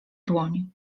dłoń